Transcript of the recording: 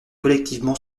collectivement